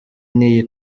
n’iyi